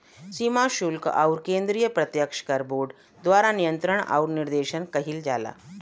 सीमा शुल्क आउर केंद्रीय प्रत्यक्ष कर बोर्ड द्वारा नियंत्रण आउर निर्देशन किहल जाला